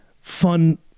fun